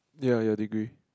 ya your degree